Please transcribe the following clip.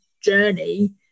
journey